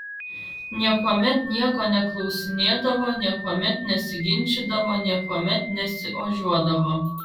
niekuomet nieko neklausinėdavo niekuomet nesiginčydavo niekuomet nesiožiuodavo